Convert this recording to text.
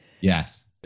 Yes